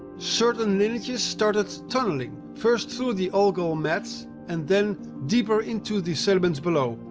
certain lineages started tunneling first through the algal mats and then deeper into the sediments below,